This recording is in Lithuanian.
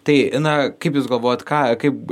tai na kaip jūs galvojat ką kaip